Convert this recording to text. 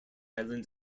islands